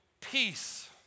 peace